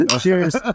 Cheers